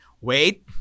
Wait